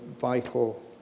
vital